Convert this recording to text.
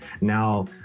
Now